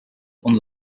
under